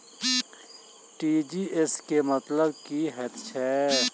TGS केँ मतलब की हएत छै?